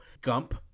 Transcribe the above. Gump